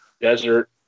desert